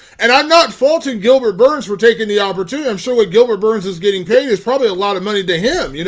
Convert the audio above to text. and i'm not faulting gilbert burns, for taking the opportunity. i'm sure what gilbert burns is getting paid is probably a lot of money to him. you know